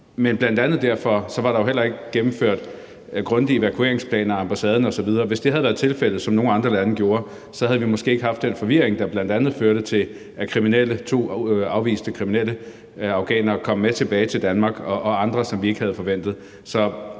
var der jo heller ikke gennemført grundige evakueringsplaner af ambassaden osv. Hvis det havde været tilfældet – som nogle andre lande gjorde – havde vi måske ikke haft den forvirring, der bl.a. førte til, at afviste kriminelle afghanere kom med tilbage til Danmark, og andre, som vi ikke havde forventet.